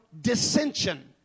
dissension